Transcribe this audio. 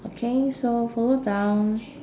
okay so follow down